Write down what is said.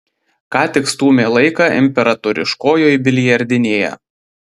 ką tik stūmė laiką imperatoriškojoj biliardinėje